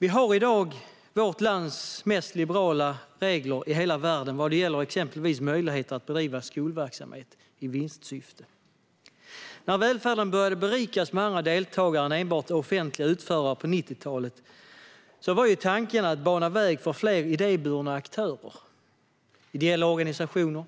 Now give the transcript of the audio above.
Vi har i dag i vårt land de mest liberala reglerna i hela världen vad gäller exempelvis möjligheter att bedriva skolverksamhet i vinstsyfte. När välfärden började berikas med andra deltagare än enbart offentliga utförare på 90-talet var tanken att bana väg för fler idéburna aktörer - ideella organisationer,